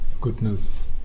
goodness